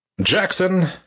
jackson